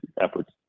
efforts